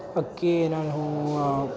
ਅੱਗੇ ਇਹਨਾਂ ਨੂੰ